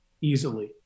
easily